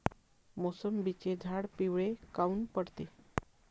मोसंबीचे झाडं पिवळे काऊन पडते?